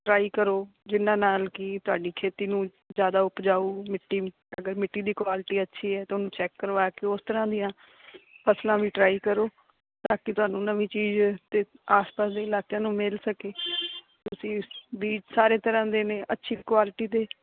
try ਕਰੋ ਜਿਨ੍ਹਾਂ ਨਾਲ ਕੀ ਤੁਹਾਡੀ ਖੇਤੀ ਨੂੰ ਜਿਆਦਾ ਉਪਜਾਊ ਮਿੱਟੀ ਅਗਰ ਮਿੱਟੀ ਦੀ ਕੁਆਲਟੀ ਅੱਛੀ ਹੈ ਤਾਂ ਉਹਨੂੰ ਚੈੱਕ ਕਰਵਾ ਕੇ ਉਸ ਤਰ੍ਹਾਂ ਦੀਆਂ ਫ਼ਸਲਾਂ ਵੀ ਟਰਾਈ ਕਰੋ ਤਾਂ ਕੀ ਤੁਹਾਨੂੰ ਨਮੀ ਚੀਜ ਦੇ ਆਸ ਪਾਸ ਦੇ ਇਲਾਕਿਆਂ ਨੂੰ ਮਿਲ ਸਕੇ ਤੁਸੀਂ ਬੀਜ ਸਾਰੇ ਤਰ੍ਹਾਂ ਦੇ ਨੇ ਅੱਛੀ ਕੁਆਲਟੀ ਦੇ